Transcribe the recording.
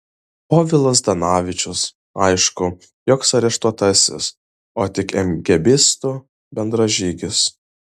povilas zdanavičius aišku joks areštuotasis o tik emgėbistų bendražygis